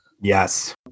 Yes